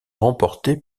remporté